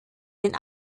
den